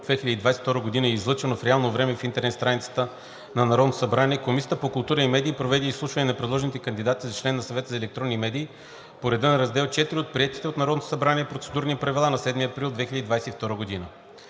2022 г. и излъчено в реално време в интернет страницата на Народното събрание, Комисията по културата и медиите проведе изслушване на предложените кандидати за член на Съвета за електронни медии по реда на Раздел IV от приетите от Народното събрание Процедурни правила на 7 април 2022 г.